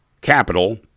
capital